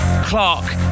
Clark